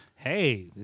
hey